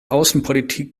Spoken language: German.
außenpolitik